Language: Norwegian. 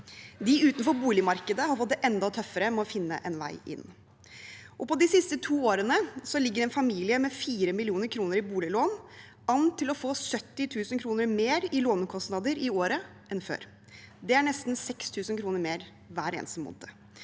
De utenfor boligmarkedet har fått det enda tøffere med å finne en vei inn. På de siste to årene ligger en familie med 4 mill. kr i boliglån an til å få 70 000 kr mer i lånekostnader i året enn før. Det er nesten 6 000 kr mer hver eneste måned.